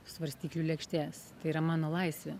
svarstyklių lėkštės tai yra mano laisvė